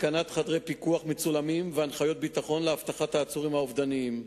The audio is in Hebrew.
התקנת חדרי פיקוח מצולמים והנחיות ביטחון לאבטחת העצורים האובדניים.